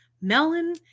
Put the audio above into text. melon